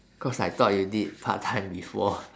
cause I thought you did part time before ah